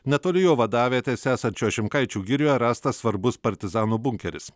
netoli jo vadavietės esančios šimkaičių girioje rastas svarbus partizanų bunkeris